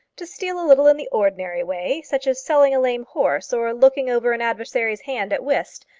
to steal a little in the ordinary way such as selling a lame horse or looking over an adversary's hand at whist,